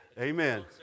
Amen